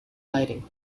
lighting